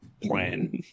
plan